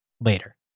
later